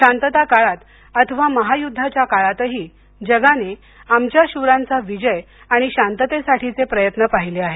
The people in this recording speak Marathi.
शांतता काळात अथवा महायुद्धाच्या काळातही जगाने आमच्या शूरांचा विजय आणि शांततेसाठीचे प्रयत्न पाहिले आहेत